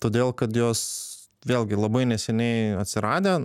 todėl kad jos vėlgi labai neseniai atsiradę